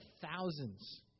thousands